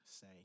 say